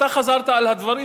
ואתה חזרת על הדברים,